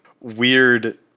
weird